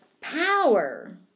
power